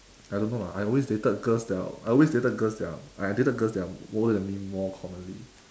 I don't know lah I always dated girls that are I always dated girls that are I dated girls that are older than me more commonly